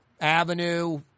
Avenue